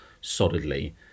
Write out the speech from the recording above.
solidly